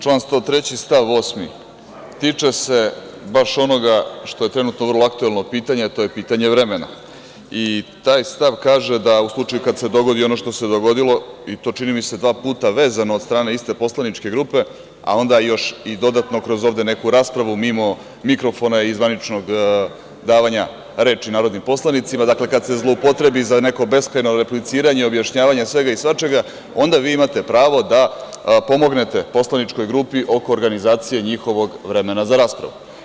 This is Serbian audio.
Član 103. stav 8. tiče se baš onoga što je trenutno vrlo aktuelno pitanje, a to je pitanje vremena i taj stav kaže da u slučaju kada se dogodi ono što se dogodilo, i to, čini mi se, dva puta vezano od strane iste poslaničke grupe, a onda još i dodatno kroz neku raspravu mimo mikrofona i zvaničnog davanja reči narodnim poslanicima, dakle, kada se zloupotrebi za neko beskrajno repliciranje i objašnjavanje svega i svačega, onda vi imate pravo da pomognete poslaničkoj grupi oko organizacije njihovog vremena za raspravu.